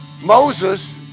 Moses